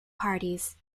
parties